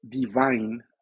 Divine